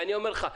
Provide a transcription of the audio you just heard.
אני אומר לך,